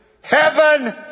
Heaven